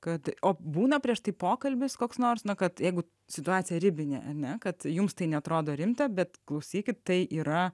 kad o būna prieš tai pokalbis koks nors na kad jeigu situacija ribinė ar ne kad jums tai neatrodo rimta bet klausykit tai yra